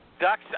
Ducks